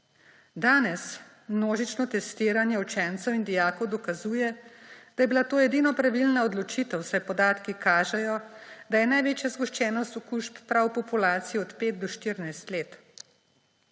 Danes množično testiranje učencev in dijakov dokazuje, da je bila to edina pravilna odločitev, saj podatki kažejo, da je največja zgoščenost okužb prav v populaciji od 5 do 14 let.